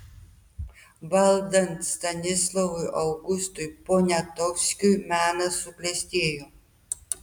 valdant stanislovui augustui poniatovskiui menas suklestėjo